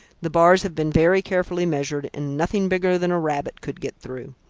the bars have been very carefully measured, and nothing bigger than a rabbit could get through.